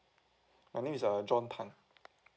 My name is uh john tan